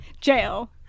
jail